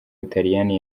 butaliyani